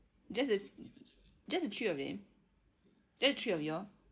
just th~ just the three of them just the three of you all